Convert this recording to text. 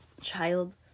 child